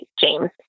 James